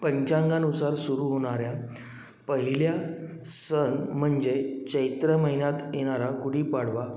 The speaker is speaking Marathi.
पंचांगानुसार सुरु होणाऱ्या पहिल्या सण म्हणजे चैत्र महिन्यात येणारा गुढीपाडवा